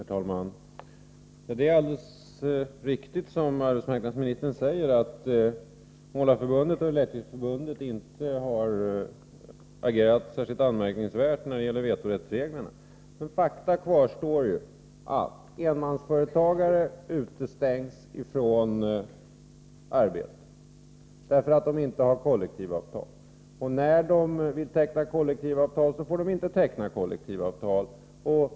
Herr talman! Det är alldeles riktigt som arbetsmarknadsministern säger, att Målarförbundet och Elektrikerförbundet inte har agerat särskilt anmärkningsvärt när det gäller vetorättsreglerna. Men faktum kvarstår: Enmansföretagare utestängs från arbeten därför att de inte har kollektivavtal. När de vill teckna kollektivavtal får de inte göra det.